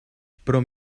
pro